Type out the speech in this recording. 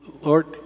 Lord